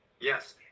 yes